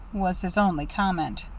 was his only comment.